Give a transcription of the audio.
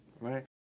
Right